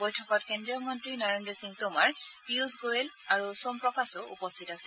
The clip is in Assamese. বৈঠকত কেন্দ্ৰীয় মন্ত্ৰী নৰেন্দ্ৰ সিং টোমৰ পিষ্য গোৱেল আৰু সোম প্ৰকাশো উপস্থিত আছিল